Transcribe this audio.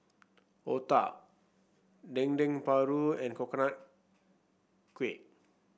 otah Dendeng Paru and Coconut Kuih